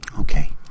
Okay